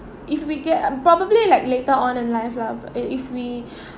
if we get a probably like later on in life lah if we